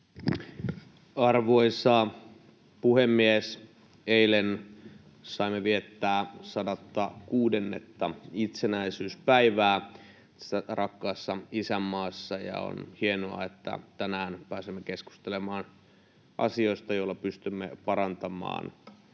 Arvoisa puhemies! Eilen saimme viettää 106:tta itsenäisyyspäivää rakkaassa isänmaassa, ja on hienoa, että tänään pääsemme keskustelemaan asioista, joilla pystymme parantamaan heidän